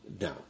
No